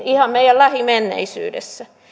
ihan meidän lähimenneisyydessämme